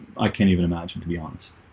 i can't even imagine to be honest.